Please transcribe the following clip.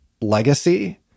legacy